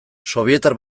sobietar